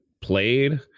played